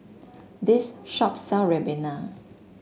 this shop sell Ribena